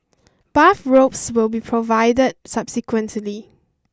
bathrobes will be provided subsequently